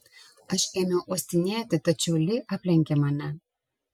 aš ėmiau uostinėti tačiau li aplenkė mane